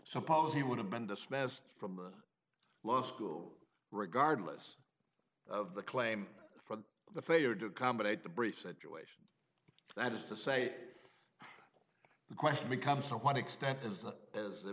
so policy would have been dismissed from the law school regardless of the claim for the failure to accommodate the brief situation that is to say the question becomes